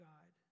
God